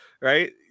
right